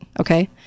Okay